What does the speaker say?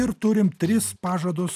ir turim tris pažadus